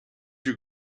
you